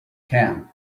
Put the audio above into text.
can